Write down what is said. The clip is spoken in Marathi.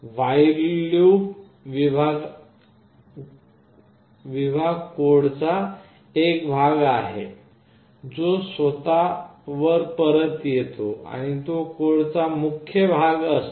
व्हॉइड लूप विभाग कोडचा एक भाग आहे जो स्वतःवर परत येतो आणि तो कोडचा मुख्य भाग असतो